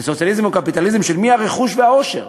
בסוציאליזם ובקפיטליזם, של מי הרכוש והעושר?